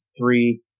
three